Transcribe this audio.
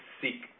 seek